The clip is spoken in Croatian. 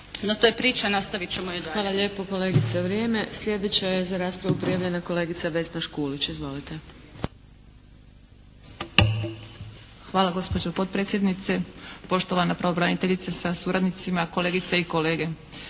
No, to je priča. Nastavit ćemo je dalje. **Adlešič, Đurđa (HSLS)** Hvala lijepo kolegice. Vrijeme. Slijedeća je za raspravu prijavljena kolegica Vesna Škulić. Izvolite. **Škulić, Vesna (SDP)** Hvala gospođo potpredsjednice, poštovana pravobraniteljice sa suradnicima, kolegice i kolege.